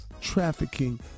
trafficking